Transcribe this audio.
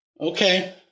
okay